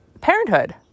parenthood